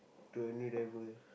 to a new level